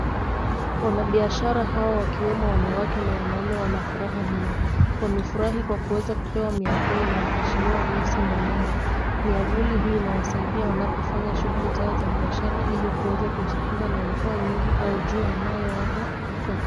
Wanabiashara hawa wakiwemo wanawake na wanaume wanafuraha mno. Wamefurahi kwa kuweza kupewa miavuli na mheshimiwa Millicent Omanga. Miavuli inawasaidia wanapofanya shuguli zao za biashara hili kuweza kujikinga na mvua nyingi au jua inayowaka.